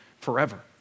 forever